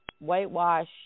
whitewash